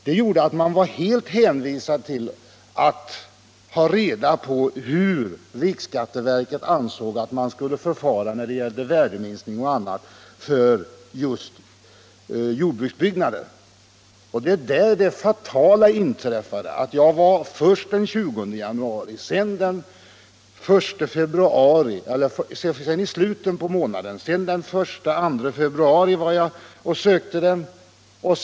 Det har gjort att man är helt hänvisad till att få reda på hur riksskatteverket anser att man skall förfara beträffande värdeminskning och annat för just jordbruksbyggnader. Det är på den punkten det fatala har inträffat: Jag var först den 20 januari, sedan i slutet på månaden, sedan den 1 eller 2 februari och sökte dessa anvisningar.